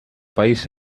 país